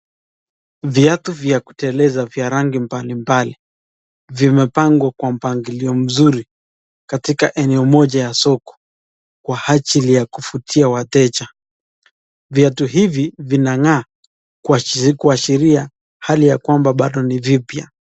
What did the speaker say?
Viatu vya kuteleza vya rangi mbalimbali. Vimepangwa Kwa mpangilio mzuri. Katika eneo moja ya soko. Kwa ajili ya kuvutia wateja. Viatu hivi vinangaa kuashiria hali ya kwamba bado ni vipya.